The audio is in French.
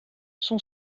son